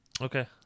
Okay